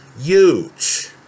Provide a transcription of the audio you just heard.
huge